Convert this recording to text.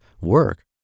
work